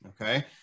okay